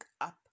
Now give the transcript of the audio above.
up